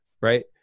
Right